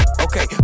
okay